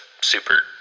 super